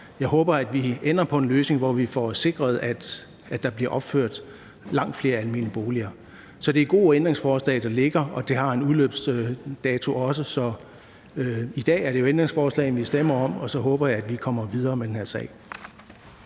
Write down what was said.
jeg håber, at vi ender med en løsning, hvor vi får sikret, at der bliver opført langt flere almene boliger. Så det er gode ændringsforslag, der ligger, og der er også en udløbsdato. I dag er det jo ændringsforslagene, vi stemmer om, og så håber jeg, at vi kommer videre med den her sag.